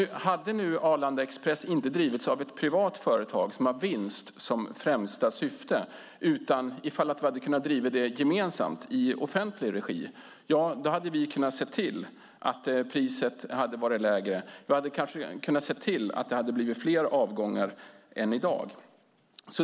Hade Arlanda Express inte drivits av ett privat företag som har vinst som främsta syfte utan gemensamt i offentlig regi hade vi kunnat se till att priset var lägre och avgångarna fler än i dag.